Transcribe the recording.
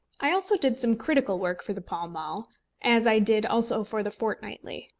i also did some critical work for the pall mall as i did also for the fortnightly.